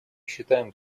считаем